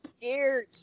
scared